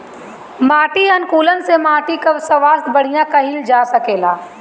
माटी अनुकूलक से माटी कअ स्वास्थ्य बढ़िया कइल जा सकेला